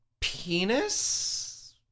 penis